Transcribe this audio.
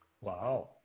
Wow